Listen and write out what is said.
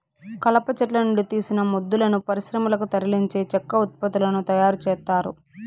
కలప చెట్ల నుండి తీసిన మొద్దులను పరిశ్రమలకు తరలించి చెక్క ఉత్పత్తులను తయారు చేత్తారు